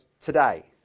today